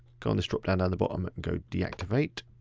go on this drop down down the bottom it and go deactivate.